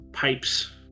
pipes